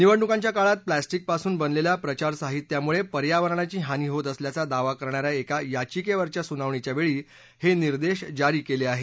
निवडणुकांच्या काळात प्लॅसिक्रिपासून बनलेल्या प्रचार साहित्यामुळे पर्यावरणाची हानी होत असल्याचा दावा करणाऱ्या एका याचिकेवरच्या सुनावणीच्या वेळी हे निर्देश जारी केले आहेत